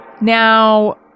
Now